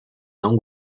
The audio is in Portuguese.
não